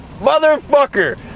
motherfucker